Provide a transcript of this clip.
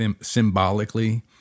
symbolically